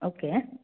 okay